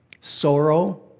sorrow